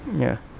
mm ya